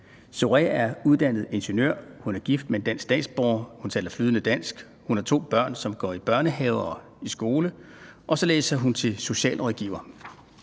Zohreh er uddannet ingeniør, hun er gift med en dansk statsborger, hun taler flydende dansk, hun har to børn, som går i henholdsvis børnehave og skole, og så læser hun til socialrådgiver.